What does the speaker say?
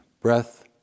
breath